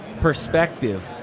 perspective